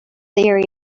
theory